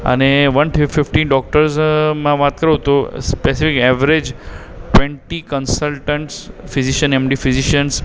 અને વન ફી ફિફ્ટી ડૉક્ટર્સમાં વાત કરું તો specific average twenty consultants physician M D physicians